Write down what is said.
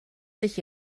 sich